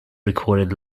recorded